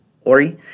Ori